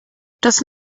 das